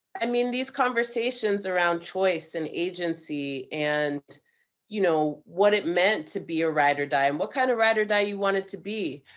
i mean these conversations around choice and agency and you know what it meant to be a ride-or-die, and what kind of ride-or-die you wanted to be.